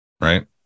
Right